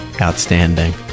outstanding